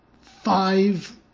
five